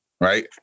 right